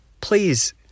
please